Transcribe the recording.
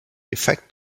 effect